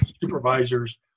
supervisors